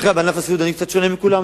בענף הסיעוד אני קצת שונה מכולם,